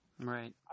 right